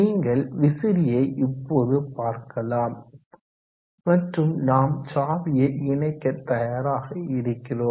நீங்கள் விசிறியை இப்போது பார்க்கலாம் மற்றும் நாம் சாவியை இணைக்க தயாராக இருக்கிறோம்